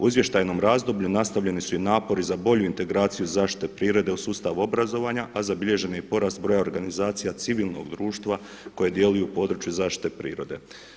U izvještajnom razdoblju nastavljeni su i napori za bolju integraciju zaštite prirode u sustavu obrazovanja a zabilježen je i porast broja organizacija civilnog društva koje djeluju u području zaštite prirode.